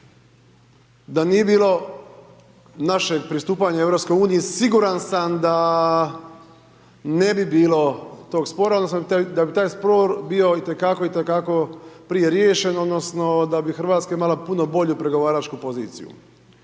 Da nije bilo našeg pristupanja Europskoj uniji, siguran sam da ne bi bilo tog spora, da bi taj spor bio itekako, itekako prije riješen odnosno da bi Hrvatska imala puno bolju pregovaračku poziciju.